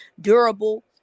durable